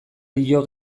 dio